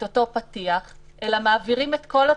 את אותו פתיח, אלא מעבירים את כל התדפיס.